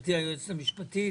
גברתי היועצת המשפטית,